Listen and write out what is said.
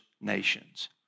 nations